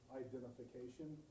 identification